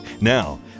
Now